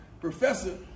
professor